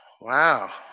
wow